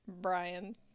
Brian